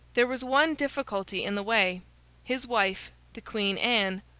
there was one difficulty in the way his wife, the queen anne,